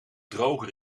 droger